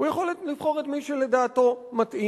הוא יכול לבחור את מי שלדעתו מתאים.